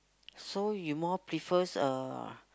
so you more prefers uh